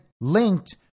linked